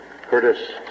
Curtis